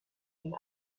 and